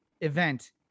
event